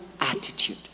attitude